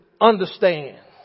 understand